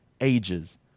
ages